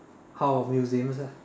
how museums ah